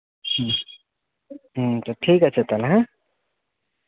ᱦᱩᱸ ᱦᱩᱸ ᱴᱷᱤᱠ ᱟᱪᱷᱮ ᱛᱟᱦᱞᱮ ᱦᱮᱸ